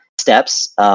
steps